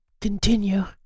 continue